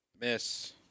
Miss